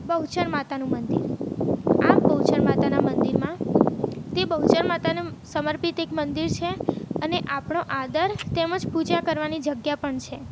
બહુચર માતાનું મંદિર આ બહુચર માતાના મંદિરમાં તે બહુચર માતાને સમર્પિત એક મંદિર છે અને આપણો આદર તેમજ પૂજા કરવાની જગ્યા પણ છે